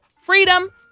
Freedom